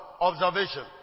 Observation